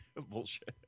bullshit